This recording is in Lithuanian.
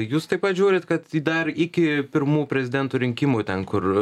jūs taip pat žiūrit kad dar iki pirmų prezidento rinkimų ten kur